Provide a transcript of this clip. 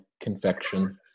confection